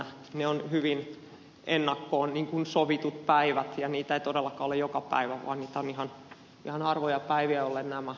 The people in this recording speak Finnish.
ne ovat hyvin ennakkoon sovitut päivät ja niitä ei todellakaan ole joka päivä vaan on ihan harvoja päiviä joille nämä lääkärintarkastukset on sovittu